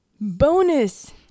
Bonus